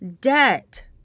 debt